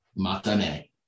Matane